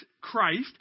Christ